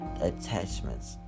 attachments